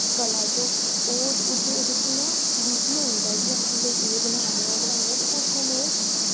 कला च ओह् उत्थें ओह्दे च इयां बिजी होई जंदा कि असैं भाई एओह् बना ने आं ते ओह् बना ने आं ते उस टैमे र